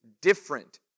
different